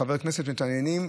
כשחברי כנסת מתעניינים,